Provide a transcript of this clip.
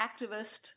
activist